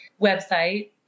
website